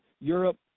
Europe